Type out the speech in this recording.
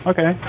Okay